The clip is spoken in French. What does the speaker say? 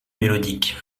mélodique